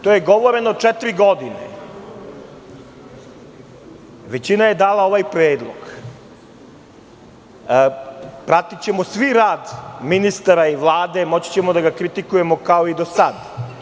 To je govoreno 4 godine, većina je dala ovaj predlog i pratićemo svi rad ministara i Vlade, moći ćemo da ga kritikujemo, kao i do sada.